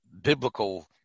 biblical